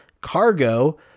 Cargo